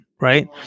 right